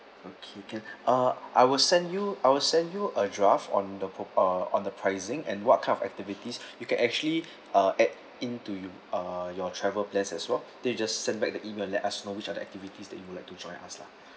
okay can uh I will send you I will send you a draft on the pop~ uh on the pricing and what kind of activities you can actually uh add into you uh your travel plans as well then you just send back the email and let us know which are the activities that you would like to join us lah